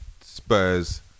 Spurs